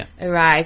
arrive